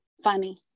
Funny